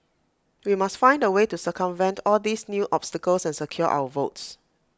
we must find A way to circumvent all these new obstacles and secure our votes